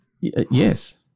Yes